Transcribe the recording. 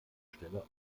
stelle